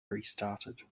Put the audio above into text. restarted